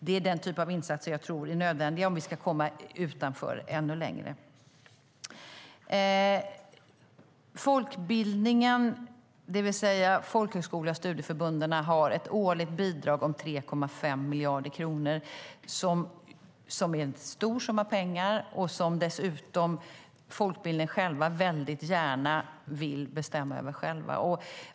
Det är den typen av insatser som jag tror är nödvändiga om vi ska komma ännu längre. Folkbildningen, det vill säga folkhögskolorna och studieförbunden, har ett årligt bidrag om 3,5 miljarder kronor. Det är en stor summa pengar som man gärna själv vill bestämma över.